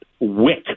Wick